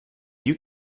you